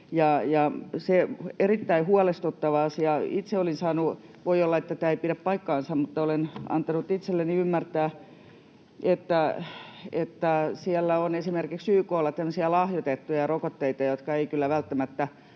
erittäin huolestuttava asia. Voi olla, että tämä ei pidä paikkansa, mutta olen antanut itselleni ymmärtää, että esimerkiksi YK:lla on tämmöisiä lahjoitettuja rokotteita, jotka eivät kyllä